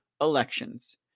elections